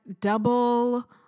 double